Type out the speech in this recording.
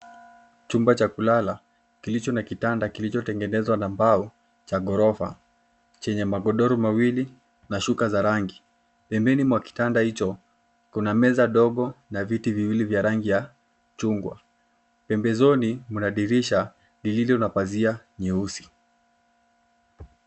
Chumba cha kulala, kilicho na kitanda kilichotengenezwa na mbao, cha ghorofa, chenye magodoro mawili na shuka za rangi. Pembeni mwa kitanda hicho, kuna meza ndogo, na viti viwili vya rangi ya, chungwa. Pembezoni, mna dirisha lililo na pazia nyeusi.